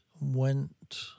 went